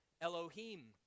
Elohim